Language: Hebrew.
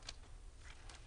והצבעה,